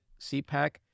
CPAC